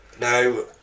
Now